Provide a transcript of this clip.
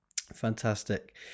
fantastic